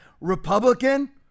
Republican